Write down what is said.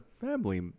family